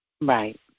Right